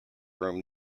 room